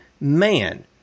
man